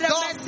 God